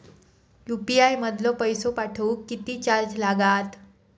UPI मधलो पैसो पाठवुक किती चार्ज लागात?